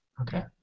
Okay